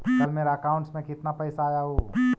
कल मेरा अकाउंटस में कितना पैसा आया ऊ?